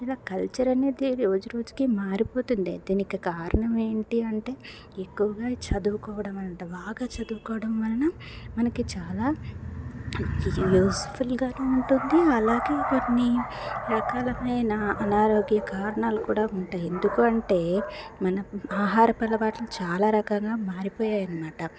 మన కల్చర్ అనేది రోజురోజుకీ మారిపోతుంది దీనికి కారణం ఏంటి అంటే ఎక్కువగా చదువుకోవడం అంటాం బాగా చదువుకోవడం వలన మనకి చాలా యూస్ఫుల్గాను ఉంటుంది అలాగే కొన్ని రకాలు అయిన అనారోగ్య కారణాలు కూడా ఉంటాయ్ ఎందుకంటే మనం ఆహార అలవాట్లు చాలా రకంగా మారిపోయాయి అనమాట